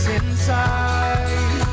inside